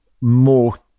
more